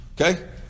Okay